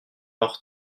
leur